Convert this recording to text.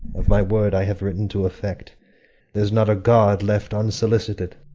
of my word, i have written to effect there's not a god left unsolicited.